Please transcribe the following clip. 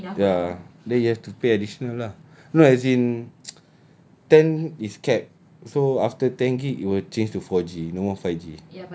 ya ya then you have to pay additional lah no as in ten is capped so after ten gig it will change to four G no more five G